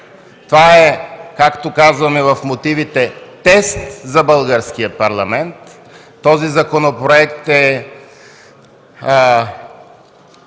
Това е, както казваме в мотивите, тест за българския парламент. Този законопроект е